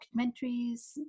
documentaries